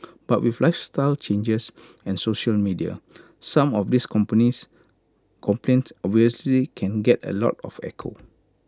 but with lifestyle changes and social media some of these companies complaint obviously can get A lot of echo